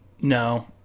No